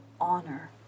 honor